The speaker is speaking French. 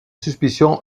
suspicion